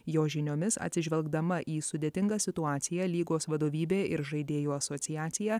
jo žiniomis atsižvelgdama į sudėtingą situaciją lygos vadovybė ir žaidėjų asociacija